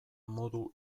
modu